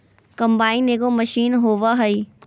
combine एगो machine होबा हइ